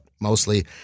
mostly